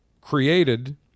created